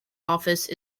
office